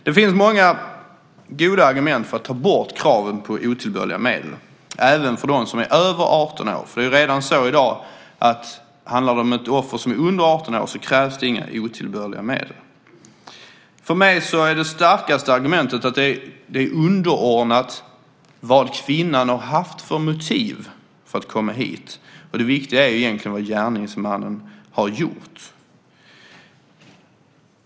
Det finns många goda argument för att ta bort kraven på otillbörliga medel, även för dem som är över 18 år. Det är redan så i dag att om det handlar om ett offer som är under 18 år så krävs det inga otillbörliga medel. För mig är det starkaste argumentet att det är underordnat vad kvinnan haft för motiv för att komma hit. Det viktiga är ju egentligen vad gärningsmannen har gjort.